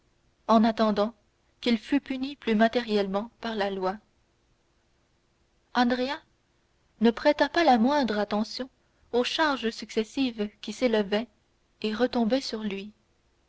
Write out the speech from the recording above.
en attendant qu'il fût puni plus matériellement par la loi andrea ne prêta pas la moindre attention aux charges successives qui s'élevaient et retombaient sur lui